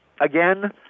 again